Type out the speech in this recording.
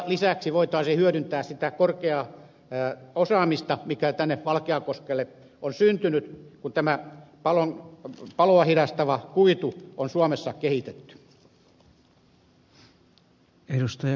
lisäksi voitaisiin hyödyntää sitä korkeaa osaamista mikä valkeakoskelle on syntynyt kun tämä paloa hidastava kuitu on suomessa kehitetty